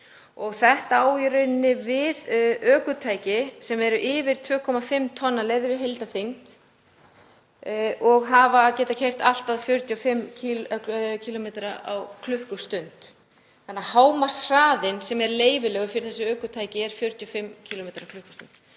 Þetta á við ökutæki sem eru yfir 2,5 tonn að leyfðri heildarþyngd og geta keyrt allt að 45 km á klukkustund þannig að hámarkshraðinn sem er leyfilegur fyrir þessi ökutæki er 45 km á klukkustund.